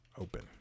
open